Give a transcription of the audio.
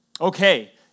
Okay